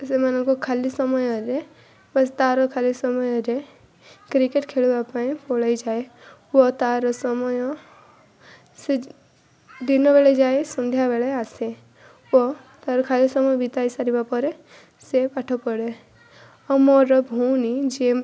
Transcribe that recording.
ସେମାନଙ୍କ ଖାଲି ସମୟରେ ବାସ୍ ତାର ଖାଲି ସମୟରେ କ୍ରିକେଟ୍ ଖେଳିବା ପାଇଁ ପଳାଇଯାଏ ଓ ତାର ସମୟ ସେ ଦିନ ବେଳେ ଯାଏ ସନ୍ଧ୍ୟା ବେଳେ ଆସେ ଓ ତାର ଖାଇବା ସମୟ ବିତାଇ ସାରିବା ପରେ ସେ ପାଠ ପଢ଼େ ଓ ମୋର ଭଉଣୀ ଯେ